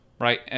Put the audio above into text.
right